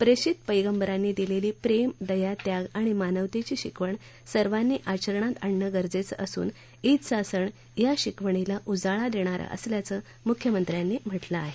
प्रेषित पैगंबरांनी दिलेली प्रेम दया त्याग आणि मानवतेची शिकवण सर्वांनी आचरणात आणणं गरजेचं असून ईदचा सण या शिकवणीला उजाळा देणारा असल्याचं मुख्यमंत्र्यांनी म्हटलं आहे